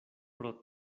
pro